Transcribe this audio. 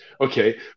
okay